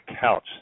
couch